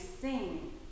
sing